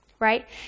right